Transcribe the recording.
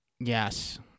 Yes